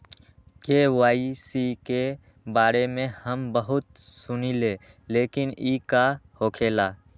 KYC के बारे में हम बहुत सुनीले लेकिन इ का होखेला?